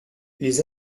les